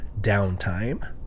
downtime